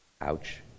Ouch